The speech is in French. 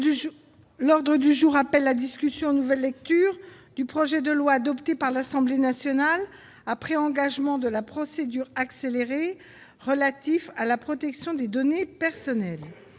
L'ordre du jour appelle la discussion en nouvelle lecture du projet de loi, adopté par l'Assemblée nationale en nouvelle lecture, après engagement de la procédure accélérée, relatif à la protection des données personnelles